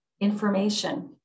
information